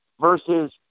versus